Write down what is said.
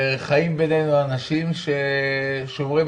אני לא לוקח את